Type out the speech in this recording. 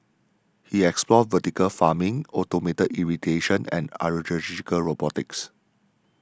he explored vertical farming automated irrigation and agricultural robotics